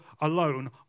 alone